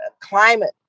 climate